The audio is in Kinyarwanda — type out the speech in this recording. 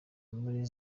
muri